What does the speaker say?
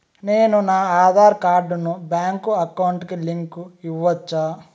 నేను నా ఆధార్ కార్డును బ్యాంకు అకౌంట్ కి లింకు ఇవ్వొచ్చా?